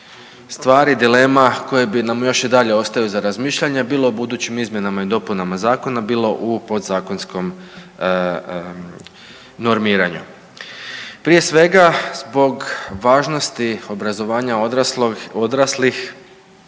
stvari, dilema koje bi nam još i dalje ostaju za razmišljanje bilo u budućim izmjenama i dopunama zakona, bilo u podzakonskom normiranju. Prije svega zbog važnosti obrazovanja odraslih